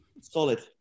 Solid